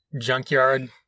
Junkyard